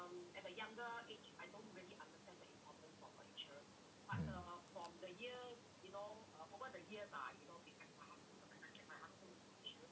mm